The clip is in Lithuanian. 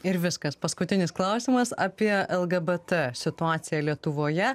ir viskas paskutinis klausimas apie l gbt situaciją lietuvoje